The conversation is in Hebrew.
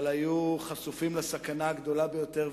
אבל היו חשופים לסכנה הגדולה ביותר,